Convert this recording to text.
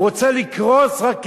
הוא רוצה לקרוס רק כדי,